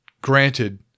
Granted